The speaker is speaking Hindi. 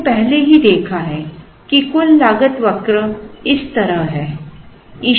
हमने पहले ही देखा है कि कुल लागत वक्र इस तरह है